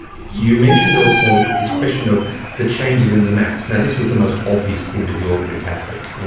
you mentioned also, this question of the changes in the mass. now this was the most obvious thing to the ordinary catholic. you know,